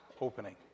opening